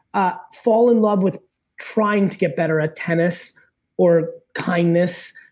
ah fall in love with trying to get better at tennis or kindness,